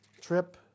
trip